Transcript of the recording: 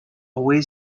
away